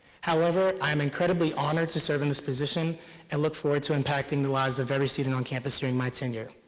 however, i am incredibly honored to serve in this position and look forward to impacting the lives of every student on campus during my tenure.